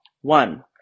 One